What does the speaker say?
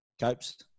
Copes